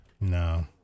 No